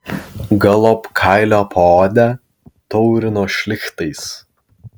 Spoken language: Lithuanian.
galop kailio paodę taurino šlichtais